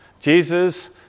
Jesus